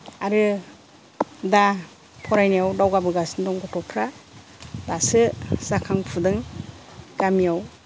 आरो दा फरायनायाव दावगाबोगासिनो दं गथ'फ्रा दासो जाखांफुदों गामियाव